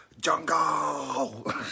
jungle